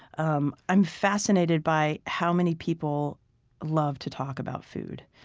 um i'm fascinated by how many people love to talk about food.